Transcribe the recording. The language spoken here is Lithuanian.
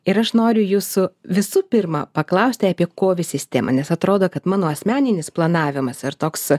ir aš noriu jūsų visų pirma paklausti apie kovi sistemą nes atrodo kad mano asmeninis planavimas ar toks